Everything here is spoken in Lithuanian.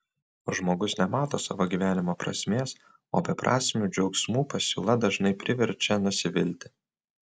žmogus nemato savo gyvenimo prasmės o beprasmių džiaugsmų pasiūla dažnai priverčia nusivilti